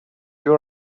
you